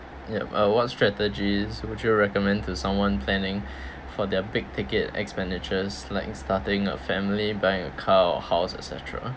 ya uh what strategies would you recommend to someone planning for their big-ticket expenditures like starting a family buying a car or house et cetera